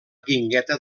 guingueta